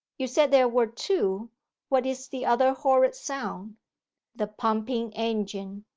you said there were two what is the other horrid sound the pumping-engine.